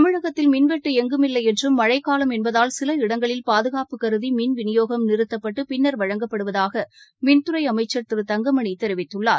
தமிழகத்தில் மின்வெட்டு ளங்குமில்லைஎன்றும் மழைக்காலம் என்பதால் சில இடங்களில் பாதுனாப்பு கருதிமின் விநியோகம் நிறுத்தப்பட்டுபின்னர் வழங்கப்படுவதாகமின்துறைஅமைச்சர் திரு தங்கமணிதெரிவித்துள்ளார்